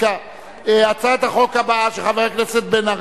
אני קובע שהצעת החוק של חבר הכנסת דני